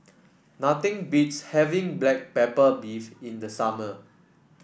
nothing beats having Black Pepper Beef in the summer